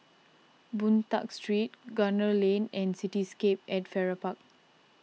Boon Tat Street Gunner Lane and Cityscape at Farrer Park